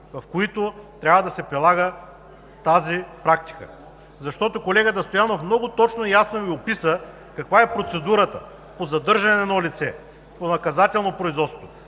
в които трябва да се прилага тази практика. Защото колегата Стоянов много точно и ясно Ви описа каква е процедурата по задържане на едно лице по наказателно производство